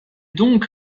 donc